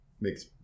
makes